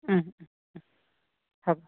হ'ব